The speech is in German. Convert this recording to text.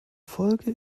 folge